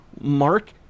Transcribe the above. Mark